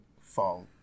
fall